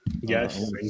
yes